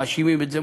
מאשימים את זה,